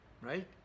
right